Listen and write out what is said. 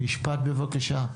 משפט, בבקשה.